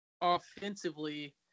offensively